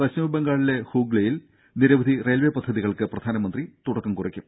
പശ്ചിമ ബംഗാളിലെ ഹൂഗ്ലിയിൽ നിരവധി റെയിൽവെ പദ്ധതികൾക്ക് പ്രധാനമന്ത്രി തുടക്കം കുറിക്കും